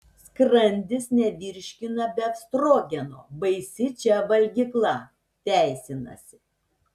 skrandis nevirškina befstrogeno baisi čia valgykla teisinasi